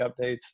updates